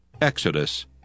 Exodus